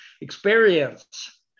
experience